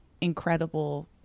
incredible